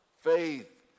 Faith